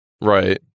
right